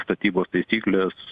statybos taisyklės